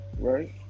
right